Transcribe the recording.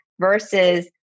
versus